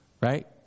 right